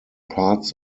parts